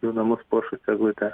jų namus puošusia eglute